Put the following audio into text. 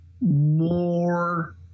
more